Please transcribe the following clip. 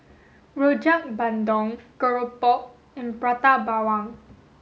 Rojak Bandung Keropok and Prata Bawang